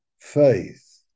faith